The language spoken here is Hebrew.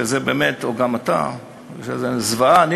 שזו זוועה,